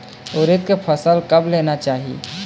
उरीद के फसल कब लेना चाही?